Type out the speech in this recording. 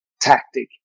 tactic